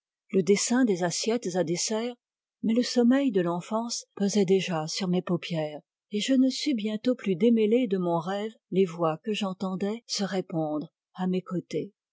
le dessin des assiettes à dessert mais le sommeil de l'enfance pesait déjà sur mes paupières et je ne sus bientôt plus démêler de mon rêve les voix que j'entendais se répondre à mes côtés